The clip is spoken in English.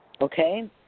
Okay